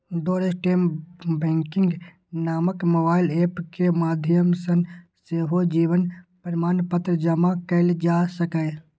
doorstep banking नामक mobile app के माध्यम सं सेहो जीवन प्रमाणपत्र जमा कैल जा सकैए